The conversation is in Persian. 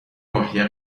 ماهی